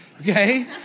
okay